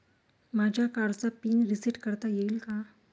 माझ्या कार्डचा pin reset करता येईल का?